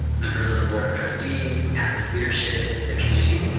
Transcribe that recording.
members of the board of trustees, campus leadership, the community.